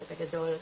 בגדול,